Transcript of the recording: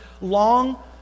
long